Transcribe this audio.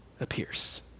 appears